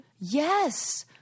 Yes